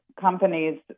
companies